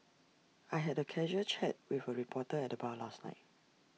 I had A casual chat with A reporter at the bar last night